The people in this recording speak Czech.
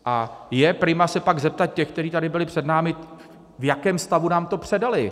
A je prima se pak zeptat těch, kteří tady byli před námi, v jakém stavu nám to předali.